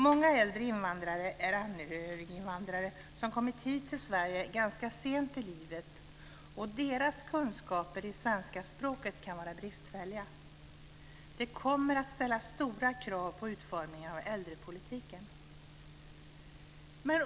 Många äldre invandrare är anhöriginvandrare som kommit hit till Sverige ganska sent i livet, och deras kunskaper i svenska språket kan vara bristfälliga. Det kommer att ställa stora krav på utformningen av äldrepolitiken.